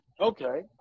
okay